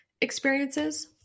experiences